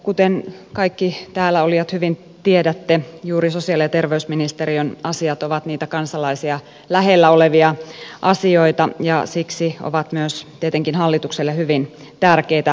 kuten kaikki täällä olijat hyvin tiedätte juuri sosiaali ja terveysministeriön asiat ovat niitä kansalaisia lähellä olevia asioita ja siksi ovat myös tietenkin hallitukselle hyvin tärkeitä kysymyksiä